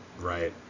Right